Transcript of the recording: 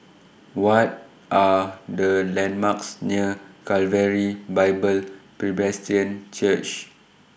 What Are The landmarks near Calvary Bible Presbyterian Church